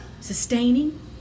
sustaining